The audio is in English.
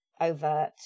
Overt